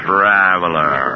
Traveler